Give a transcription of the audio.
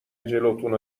جلوتونو